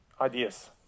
ideas